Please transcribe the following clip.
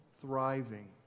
thriving